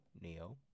Neo